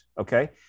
okay